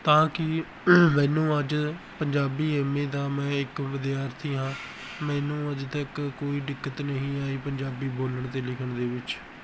ਤਾਂ ਕਿ ਮੈਨੂੰ ਅੱਜ ਪੰਜਾਬੀ ਐਮ ਏ ਦਾ ਮੈਂ ਇੱਕ ਵਿਦਿਆਰਥੀ ਹਾਂ ਮੈਨੂੰ ਅੱਜ ਤੱਕ ਕੋਈ ਦਿੱਕਤ ਨਹੀਂ ਆਈ ਪੰਜਾਬੀ ਬੋਲਣ ਅਤੇ ਲਿਖਣ ਦੇ ਵਿੱਚ